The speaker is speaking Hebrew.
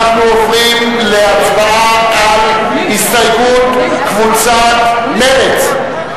אנחנו עוברים להצבעה על הסתייגות קבוצת מרצ,